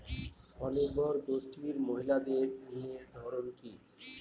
স্বনির্ভর গোষ্ঠীর মহিলাদের ঋণের ধরন কি?